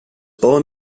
born